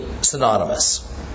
synonymous